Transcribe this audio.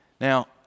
Now